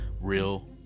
real